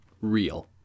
real